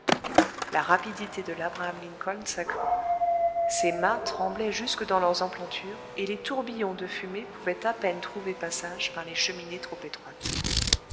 la rapidité de l'abraham lincoln s'accrut ses mâts tremblaient jusque dans leurs emplantures et les tourbillons de fumée pouvaient à peine trouver passage par les cheminées trop étroites